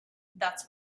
that’s